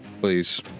Please